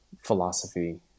philosophy